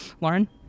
Lauren